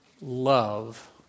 love